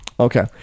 Okay